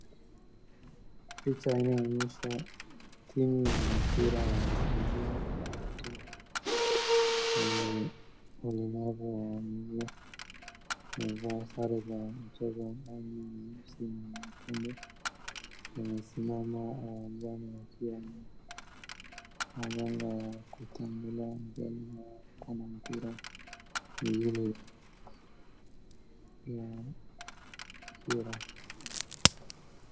Picha hii inaonyesha timu ya mpira wa miguu ya watu wenye ulemavu wa miguu. Wamevaa sare za kucheza za rangi nyeusi na nyekundu. Wamesimama uwanjani wakiwa na magongo ya kutembelea mbele yao kuna mpira. mwingine ya ya mpira.